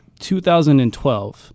2012